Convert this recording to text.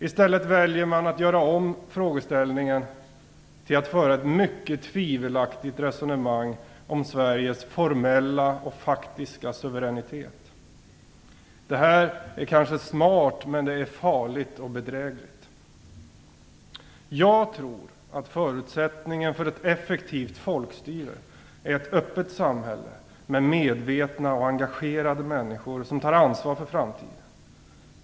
I stället väljer man att göra om frågeställningen och föra ett mycket tvivelaktigt resonemang om Sveriges formella och faktiska suveränitet. Det här är kanske smart, men det är farligt och bedrägligt. Jag tror att förutsättningen för ett effektivt folkstyre är ett öppet samhälle med medvetna och engagerade människor som tar ansvar för framtiden.